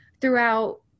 throughout